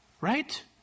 Right